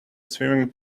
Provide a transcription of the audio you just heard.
swimming